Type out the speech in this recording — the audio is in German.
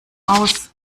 aus